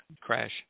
crash